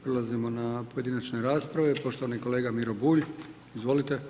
Prelazimo na pojedinačne rasprave, poštovani kolega Miro Bulj, izvolite.